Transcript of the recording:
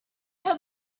her